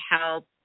help